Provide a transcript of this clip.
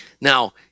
Now